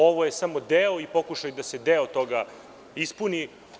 Ovo je samo deo i pokušaj da se deo toga ispuni.